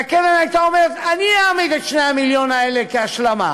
והקרן הייתה אומרת: אני אעמיד את 2 המיליון האלה כהשלמה,